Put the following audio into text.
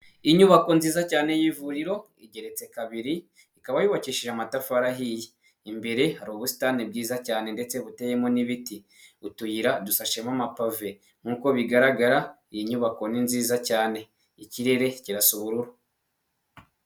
Inyubako nziza cyane y'ivuriro igeretse kabiri ikaba yubakishije amatafari ahiye imbere hari ubusitani bwiza cyane ndetse buteyemo n'ibiti utuyira dusashemo amapave nk'uko bigaragara iyi nyubako ni nziza cyane ikirere kirasa ubururu.